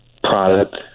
product